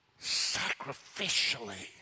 sacrificially